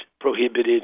prohibited